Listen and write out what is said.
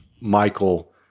Michael